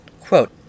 Quote